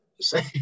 say